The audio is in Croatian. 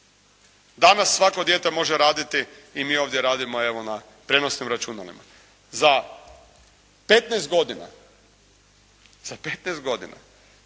Danas svako dijete može raditi i mi ovdje radimo evo na prijenosnim računalima. Za petnaest godina.